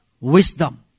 wisdom